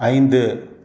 ஐந்து